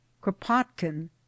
kropotkin